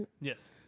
Yes